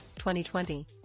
2020